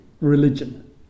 religion